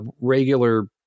regular